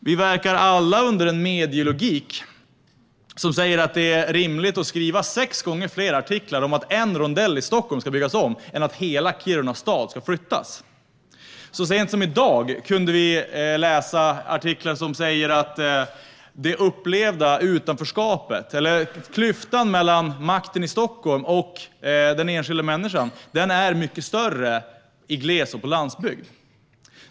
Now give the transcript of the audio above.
Vi verkar alla under en medielogik som säger att det är rimligt att skriva sex gånger fler artiklar om att en rondell i Stockholm ska byggas än om att hela Kiruna stad ska flyttas. Så sent som i dag kunde vi läsa artiklar där det står att det upplevda utanförskapet - eller klyftan mellan makten i Stockholm och den enskilda människan - är mycket större i glesbygd och på landsbygd.